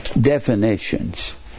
definitions